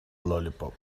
lollipop